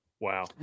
Wow